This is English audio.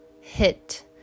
hit